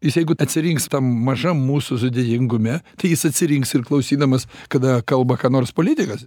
nes jeigu atsirinks mažam mūsų sudėtingume tai jis atsirinks ir klausydamas kada kalba ką nors politikas